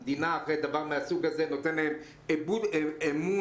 המדינה אחרי דבר כזה גורמת להם לאיבוד אמון.